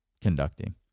conducting